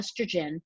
estrogen